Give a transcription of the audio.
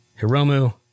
Hiromu